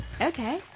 Okay